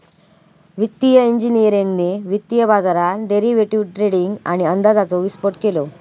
वित्तिय इंजिनियरिंगने वित्तीय बाजारात डेरिवेटीव ट्रेडींग आणि अंदाजाचो विस्फोट केलो